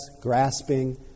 grasping